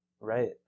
Right